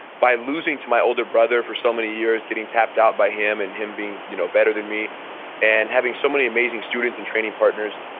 by losing to my older brother for so many years, getting tapped out by him and him being you know better than me and having so many amazing students and training partners,